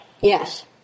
Yes